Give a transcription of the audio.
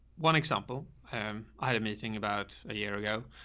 one example, um, i had a meeting about a year ago.